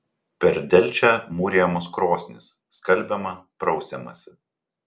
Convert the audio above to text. per delčią mūrijamos krosnys skalbiama prausiamasi